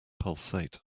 pulsate